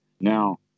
Now